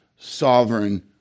Sovereign